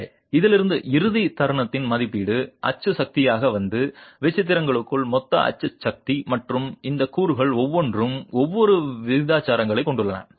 எனவே இதிலிருந்து இறுதி தருணத்தின் மதிப்பீடு அச்சு சக்தியாக வந்து விசித்திரங்களுக்குள் மொத்த அச்சு சக்தி மற்றும் இந்த கூறுகள் ஒவ்வொன்றும் வெவ்வேறு விசித்திரங்களைக் கொண்டுள்ளன